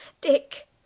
dick